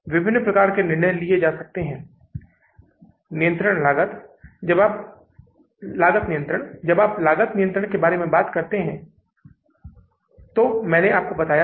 तो शुद्ध शेष 322000 या 322000 नकारात्मक शेष था